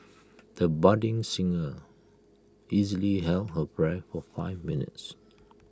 the budding singer easily held her breath for five minutes